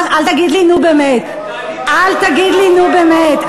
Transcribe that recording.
אל תגיד לי "נו, באמת".